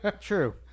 true